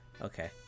Okay